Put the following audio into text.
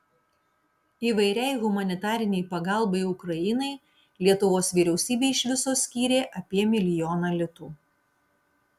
įvairiai humanitarinei pagalbai ukrainai lietuvos vyriausybė iš viso skyrė apie milijoną litų